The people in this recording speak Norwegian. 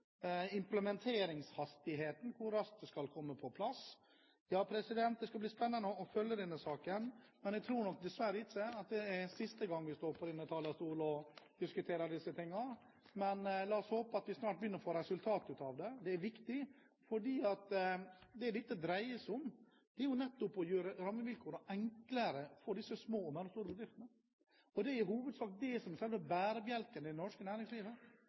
implementeringshastigheten – hvor raskt det kommer på plass. Ja, det skal bli spennende å følge denne saken, men jeg tror nok dessverre ikke det er siste gang vi står på denne talerstolen og diskuterer disse tingene. Men la oss håpe at vi snart begynner å få resultater av det. Det er viktig, for det dette dreier seg om, er jo nettopp å gjøre rammevilkårene enklere for disse små og mellomstore bedriftene, og det er i hovedsak det som er selve bærebjelken i det norske næringslivet.